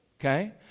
Okay